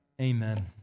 Amen